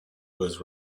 was